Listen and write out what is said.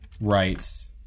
writes